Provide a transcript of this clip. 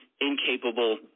incapable